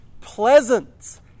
pleasant